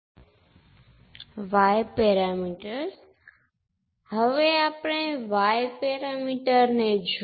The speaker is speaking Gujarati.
તેથી અત્યાર સુધી આપણે પોર્ટ કરંટ છે